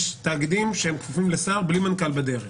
יש תאגידים שכפופים לשר בלי מנכ"ל בדרך.